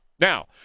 Now